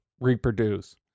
reproduce